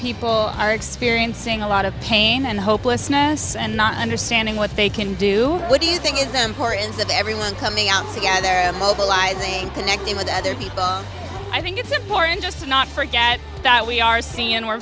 people are experiencing a lot of pain and hopelessness and not understanding what they can do what do you think of them pour into that everyone coming out together and mobilizing and connecting with other people i think it's important just to not forget that we are